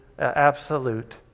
absolute